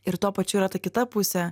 ir tuo pačiu yra ta kita pusė